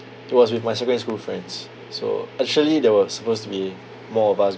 it was with my secondary school friends so actually there was supposed to be more of us